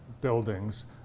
Buildings